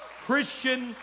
Christian